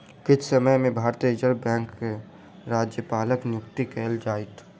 किछ समय में भारतीय रिज़र्व बैंकक राज्यपालक नियुक्ति कएल जाइत